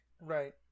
right